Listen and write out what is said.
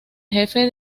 jefe